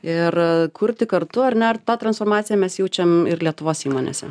ir kurti kartu ar ne ar tą transformaciją mes jaučiam ir lietuvos įmonėse